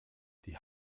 die